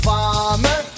Farmer